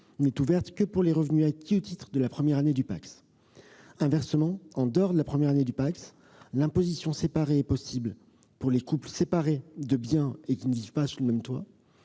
n'est ouverte que pour les revenus acquis au titre de la première année du PACS. Inversement, en dehors de la première année du PACS, l'imposition séparée est possible pour les couples séparés de biens et ne vivant pas sous le même toit,